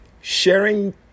sharing